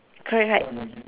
correct correct